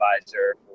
advisor